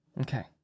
Okay